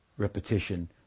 repetition